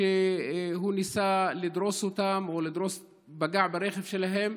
שהוא ניסה לדרוס אותם או פגע ברכב שלהם,